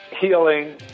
healing